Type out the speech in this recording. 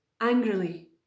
angrily